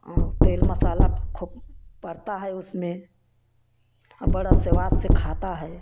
और तेल मसाला खूब पड़ता है उसमें और बड़ा स्वाद से खाता है